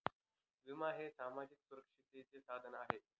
विमा हे सामाजिक सुरक्षिततेचे साधन आहे